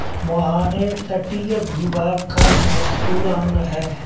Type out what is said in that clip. मुहाने तटीय भूभाग का महत्वपूर्ण अंग है